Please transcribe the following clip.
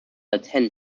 attend